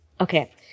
Okay